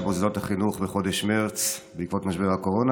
מוסדות החינוך בחודש מרץ בעקבות משבר הקורונה,